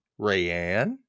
Rayanne